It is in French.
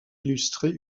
illustrer